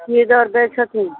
की दर दै छथिन